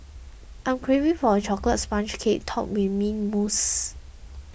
I am craving for a Chocolate Sponge Cake Topped with Mint Mousse